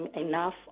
enough